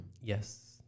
Yes